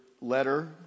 letter